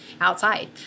outside